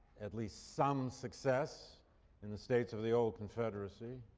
at least some success in the states of the old confederacy.